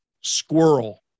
Squirrel